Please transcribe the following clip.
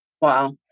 Wow